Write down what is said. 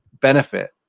benefit